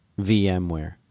VMware